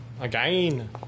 Again